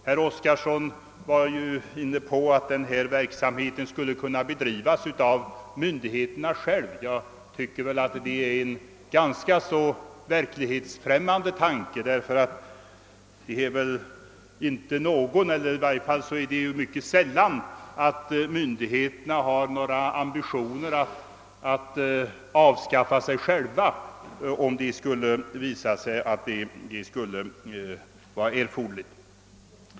Herr Oskarson ansåg att denna verksamhet skulle kunna bedrivas av myndigheterna själva. Jag tycker detta är en ganska verklighetsfrämmande tanke; myndigheterna har väl sällan några ambitioner att avskaffa sig själva om det skulle visa sig erforderligt.